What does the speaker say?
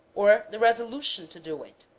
or the resolution to do it.